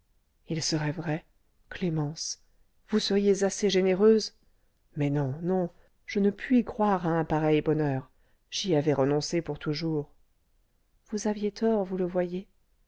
il serait vrai clémence vous seriez assez généreuse mais non non je ne puis croire à un pareil bonheur j'y avais renoncé pour toujours vous aviez tort vous le voyez